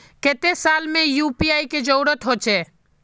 केते साल में यु.पी.आई के जरुरत होचे?